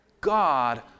God